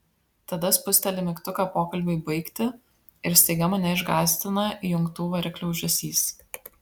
tada spusteli mygtuką pokalbiui baigti ir staiga mane išgąsdina įjungtų variklių ūžesys